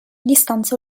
distanza